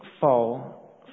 fall